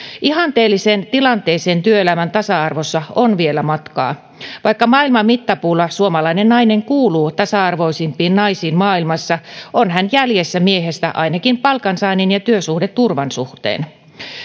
ihanteelliseen tilanteeseen työelämän tasa arvossa on vielä matkaa vaikka maailman mittapuulla suomalainen nainen kuuluu tasa arvoisimpiin naisiin maailmassa on hän jäljessä miehestä ainakin palkansaannin ja työsuhdeturvan suhteen